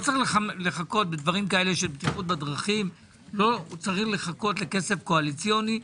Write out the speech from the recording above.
לא צריך לחכות בדברים האלה של בטיחות בדרכים לכסף קואליציוני.